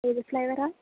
ഏത് ഫ്ലേവറാണ്